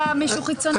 --- מישהו חיצוני.